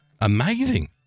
Amazing